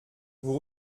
vous